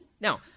Now